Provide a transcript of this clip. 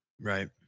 Right